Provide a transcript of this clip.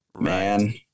Man